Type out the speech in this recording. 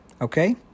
Okay